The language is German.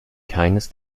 keines